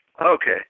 Okay